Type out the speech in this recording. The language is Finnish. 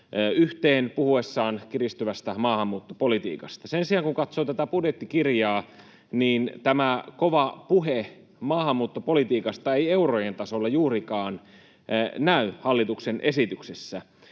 yhteen puhuessaan kiristyvästä maahanmuuttopolitiikasta. Sen sijaan kun katsoo budjettikirjaa, niin tämä kova puhe maahanmuuttopolitiikasta ei eurojen tasolla juurikaan näy hallituksen esityksessä.